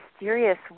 mysterious